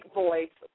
voice